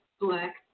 black